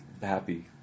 happy